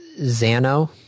Xano